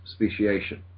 speciation